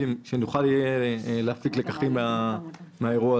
כדי שנוכל להפיק לקחים מן האירוע.